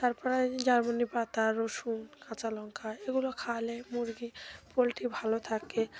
তারপরে পাতা রসুন কাঁচা লঙ্কা এগুলো খাওয়ালে মুরগি পোলট্রি ভালো থাকে